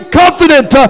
confident